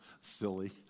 silly